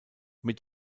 mit